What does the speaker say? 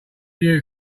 you